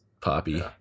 Poppy